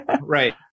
Right